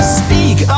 speak